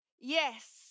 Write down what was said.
yes